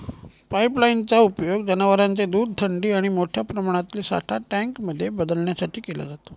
pipeline चा उपयोग जनवरांचे दूध थंडी आणि मोठ्या प्रमाणातील साठा टँक मध्ये बदलण्यासाठी केला जातो